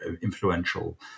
influential